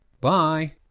Bye